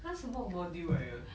他什么 module 来的